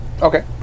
Okay